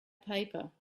paper